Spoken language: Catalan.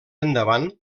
endavant